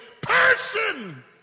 person